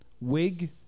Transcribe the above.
Wig